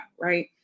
right